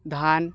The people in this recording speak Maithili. धान